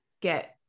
get